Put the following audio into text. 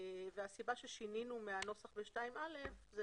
הסיבה ששינינו מהנוסח ב-2(א) זה